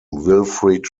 wilfrid